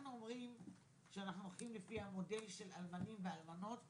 אנחנו אומרים שאנחנו הולכים לפי המודל של אלמנים ואלמנות,